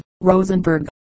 Rosenberg